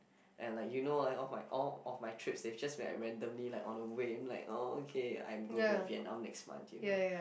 and like you know like of all of my trips they've just been like randomly like on a whim like oh okay I'm gonna go Vietnam next month you know